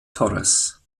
torres